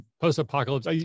post-apocalypse